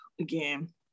again